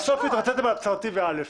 בסוף התרציתם לגבי ההצהרתי ועל א'.